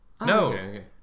No